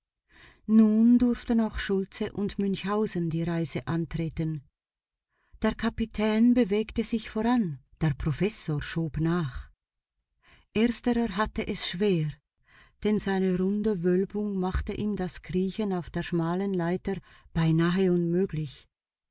nun durften auch schultze und münchhausen die reise antreten der kapitän bewegte sich voran der professor schob nach ersterer hatte es schwer denn seine runde wölbung machte ihm das kriechen auf der schmalen leiter beinahe unmöglich